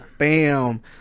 Bam